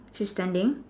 she is standing